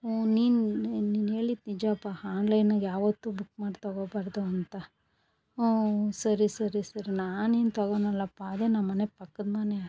ಹ್ಞೂ ನೀನು ನೀನು ಹೇಳಿದ ನಿಜಾಪ್ಪ ಆನ್ಲೈನಾಗ್ ಯಾವತ್ತು ಬುಕ್ ಮಾಡಿ ತಗೋಬಾರ್ದು ಅಂತ ಹ್ಞೂ ಸರಿ ಸರಿ ಸರಿ ನಾನೇನು ತಗೋಳಲ್ಲಪ್ಪ ಅದೇ ನಮ್ಮ ಮನೆ ಪಕ್ಕದಮನೆ